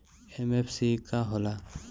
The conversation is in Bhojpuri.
एम.एफ.सी का हो़ला?